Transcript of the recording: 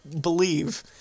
believe